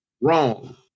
Wrong